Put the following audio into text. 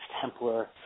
Templar